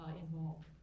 involved